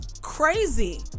crazy